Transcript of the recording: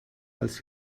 als